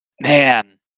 Man